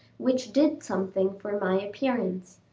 which did something for my appearance.